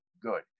good